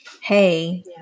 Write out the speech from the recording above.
Hey